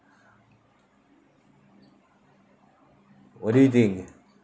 what do you think